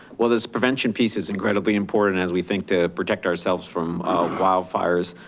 well this prevention piece is incredibly important as we think to protect ourselves from wildfires.